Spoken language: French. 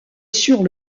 sur